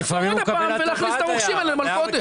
לחתום עוד פעם ולהכניס את הרוכשים האלה למלכודת.